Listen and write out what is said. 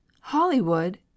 Hollywood